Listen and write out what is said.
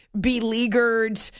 beleaguered